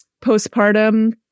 postpartum